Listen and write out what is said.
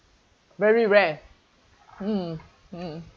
very rare mm mm